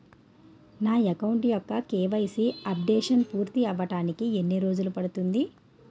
నా అకౌంట్ యెక్క KYC updation పూర్తి అవ్వడానికి ఎన్ని రోజులు పడుతుంది?